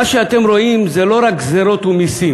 מה שאתם רואים זה לא רק גזירות ומסים